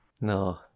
No